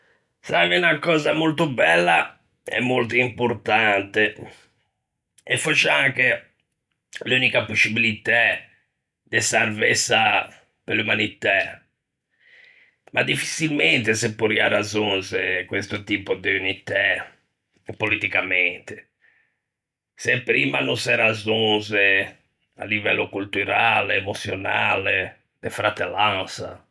Saiva unna cösa molto bella, e molto importante, e fòscia anche l'unica poscibilitæ de sarvessa pe l'ummanitæ, ma diffiçilmente se porrià razzonze questo tipo de unitæ, politicamente, se primma no se razzonze à livello colturale, emoçionale, de fratellansa.